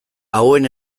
hauen